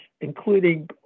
including